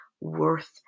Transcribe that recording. worth